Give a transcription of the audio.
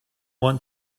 want